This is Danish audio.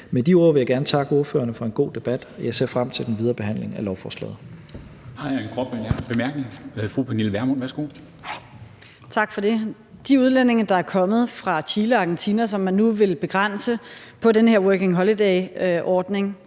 Med de ord vil jeg gerne takke ordførerne for en god debat, og jeg ser frem til den videre behandling af lovforslaget.